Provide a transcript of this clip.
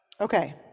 Okay